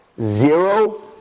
Zero